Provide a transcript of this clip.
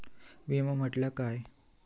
विमा म्हटल्या काय?